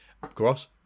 Gross